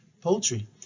Poultry